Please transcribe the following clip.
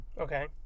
Okay